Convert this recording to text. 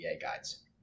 guides